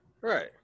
Right